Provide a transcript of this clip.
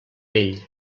vell